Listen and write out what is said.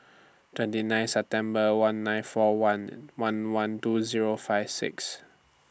twenty nine September one nine four one one one two Zero five six